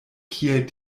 kiel